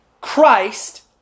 Christ